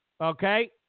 okay